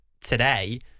today